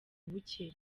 buke